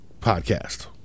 podcast